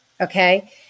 Okay